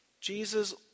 Jesus